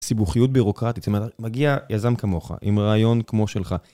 סיבוכיות בירוקרטית, זאת אומרת, מגיע יזם כמוך, עם רעיון כמו שלך.